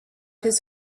his